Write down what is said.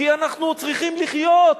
כי אנחנו צריכים לחיות.